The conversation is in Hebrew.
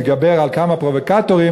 יתגבר על כמה פרובוקטורים,